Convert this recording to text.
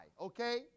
okay